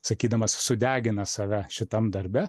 sakydamas sudegina save šitam darbe